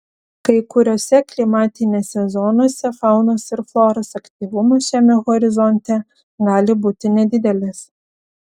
kai kuriose klimatinėse zonose faunos ir floros aktyvumas šiame horizonte gali būti nedidelis